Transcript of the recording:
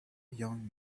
young